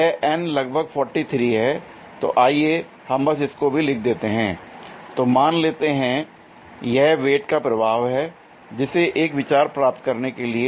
यह N लगभग 43 है l तो आइए हम बस इसको भी लिख देते हैं l तो मान लेते हैं कि यह वेट का प्रभाव है सिर्फ एक विचार प्राप्त करने के लिए